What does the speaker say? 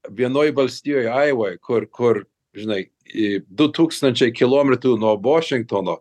vienoj valstijoj ajavoj kur kur žinai į du tūkstančiai kilometrų nuo vašingtono